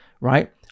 right